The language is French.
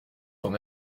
d’en